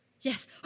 Yes